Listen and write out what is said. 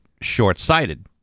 short-sighted